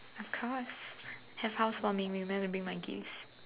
of course have housewarming remember to bring my gifts